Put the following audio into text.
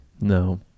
No